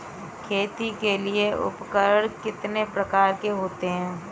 खेती के लिए उपकरण कितने प्रकार के होते हैं?